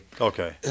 Okay